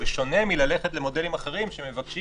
בשונה מללכת למודלים אחרים שמבקשים